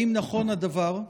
1. האם נכון הדבר?